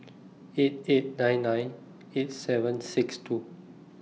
eight eight nine nine eight seven six two